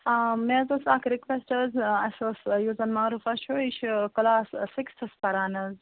آ مےٚ حظ ٲس اَکھ رُکویسٹ حظ آ اَسہِ اوس یُس زَن ماروفا چھِ یہِ چھِ کَلاس سِکِس تھَس پَران حظ